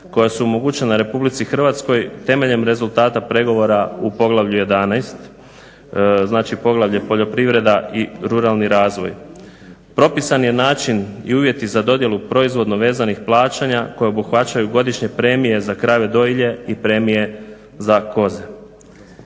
koja su omogućena Republici Hrvatskoj temeljem rezultata pregovora u poglavlju 11.-Poljoprivreda i ruralni razvoj. Propisan je način i uvjeti za dodjelu proizvodno vezanih plaćanja koja obuhvaćaju godišnje premije za krave dojilje i premije za koze